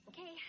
okay